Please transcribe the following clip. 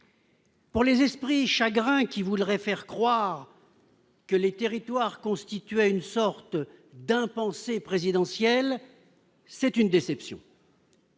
Pour les esprits chagrins qui voudrait faire croire que les territoires constituait une sorte d'impensé présidentielle, c'est une déception.